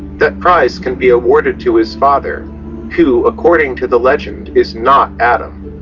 that prize can be awarded to his father who according to the legend is not adam.